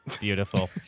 beautiful